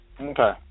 Okay